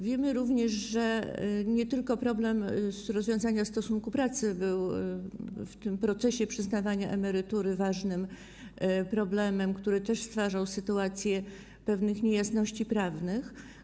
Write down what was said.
Wiemy również, że nie tylko rozwiązanie stosunku pracy było w procesie przyznawania emerytury ważnym problemem, który stwarzał sytuację pewnych niejasności prawnych.